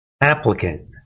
applicant